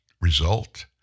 result